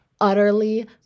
utterly